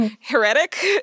heretic